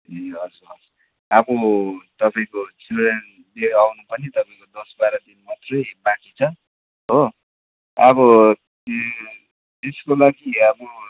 ए हुजर हजुर अब तपाईँको चिल्ड्रेन्स डे आउनु पनि अब त्यसको लागि अब